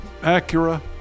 Acura